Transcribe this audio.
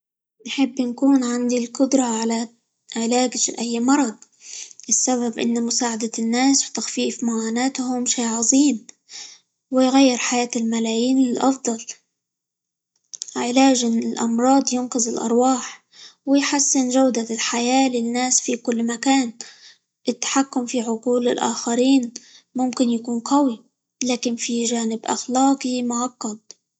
نحب نكون عندي القدرة على -علا- علاج أي مرض؛ السبب إن مساعدة الناس، وتخفيف معاناتهم شيء عظيم، ويغير حياة الملايين للأفضل، علاج الأمراض ينقذ الأرواح، ويحسن جودة الحياة للناس في كل مكان، التحكم في عقول الآخرين ممكن يكون قوي، لكن فيه جانب أخلاقي معقد.